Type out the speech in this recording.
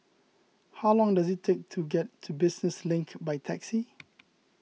how long does it take to get to Business Link by taxi